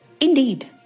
Indeed